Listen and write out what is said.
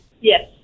Yes